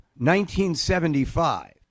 1975